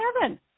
heaven